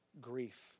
grief